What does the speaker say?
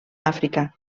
àfrica